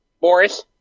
Boris